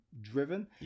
driven